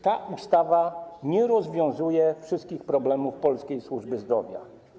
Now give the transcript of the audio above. Ta ustawa nie rozwiązuje wszystkich problemów polskiej służby zdrowia.